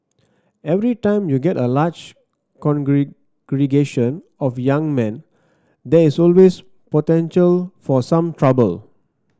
every time you get a large of young men there is always potential for some trouble